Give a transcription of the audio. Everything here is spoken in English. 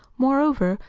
moreover,